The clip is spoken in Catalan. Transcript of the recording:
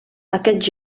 aquests